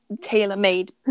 tailor-made